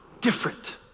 different